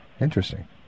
interesting